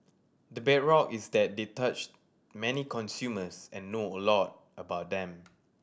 the bedrock is that they touch many consumers and know a lot about them